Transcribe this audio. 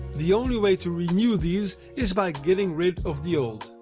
the only way to renew these is by getting rid of the old.